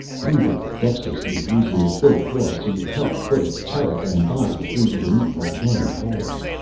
pooh-bah dexterously using its little claws to help put its turret and body through the neatly hemmed holes.